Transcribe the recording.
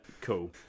cool